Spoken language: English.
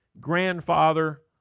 grandfather